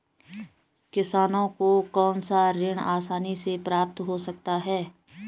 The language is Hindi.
किसानों को कौनसा ऋण आसानी से प्राप्त हो सकता है?